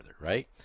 right